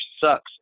sucks